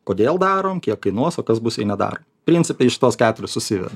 kodėl darom kiek kainuos o kas bus jei nedarom principe į šituos keturis susiveda